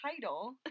title